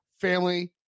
family